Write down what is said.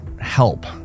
help